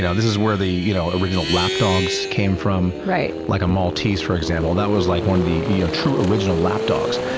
yeah this is where the you know original lapdogs came from. like a maltese, for example, that was like one of the true original lap dogs.